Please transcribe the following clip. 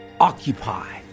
occupy